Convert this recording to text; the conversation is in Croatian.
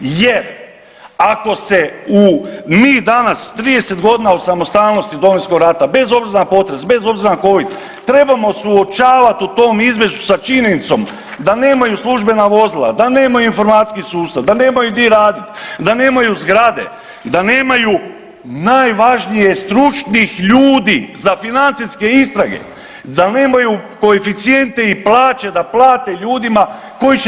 Jer ako se u, mi danas 30 godina od samostalnosti Domovinskog rata, bez obzira na potres, bez obzira na covid, trebamo suočavati u tom izvješću sa činjenicom da nemaju službena vozila, da nemaju informacijski sustav, da nemaju gdje raditi, da nemaju zgrade, da nemaju najvažnije, stručnih ljudi za financijske istrage, da nemaju koeficijente i plaće da plate ljudima koji će